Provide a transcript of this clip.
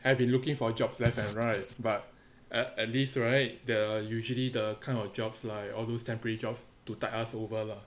I have been looking for jobs left and right but at at least right the usually the kind of jobs like all those temporary jobs to tide us over lah